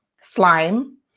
slime